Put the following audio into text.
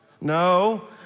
no